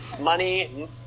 money